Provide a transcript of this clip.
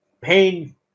Pain